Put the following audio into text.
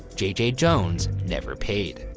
j j. jones never paid.